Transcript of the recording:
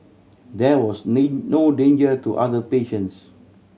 there was no danger to other patients